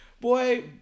Boy